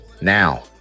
Now